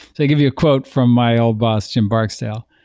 to give you a quote from my old boss, jim barksdale.